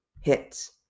hits